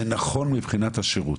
זה נכון מבחינת השירות.